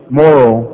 moral